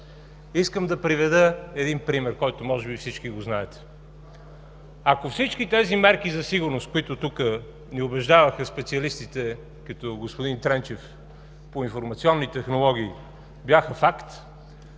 Искам да приведа един пример, който може би всички знаете. Ако всички тези мерки за сигурност, в които тук ни убеждаваха специалистите по информационни технологии като